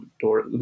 door